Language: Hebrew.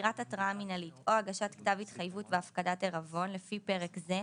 מסירת התראה מינהלית או הגשת כתב התחייבות והפקדת עירבון לפי פרק זה,